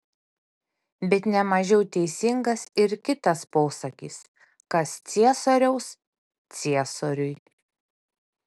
bet ne mažiau teisingas ir kitas posakis kas ciesoriaus ciesoriui